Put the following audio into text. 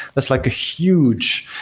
that's like a huge,